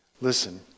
Listen